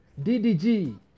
DDG